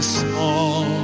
small